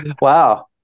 Wow